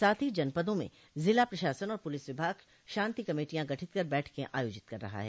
साथ ही जनपदों में जिला प्रशासन और पुलिस विभाग शांति कमेटियां गठित कर बैठके आयोजित कर रहा है